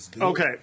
Okay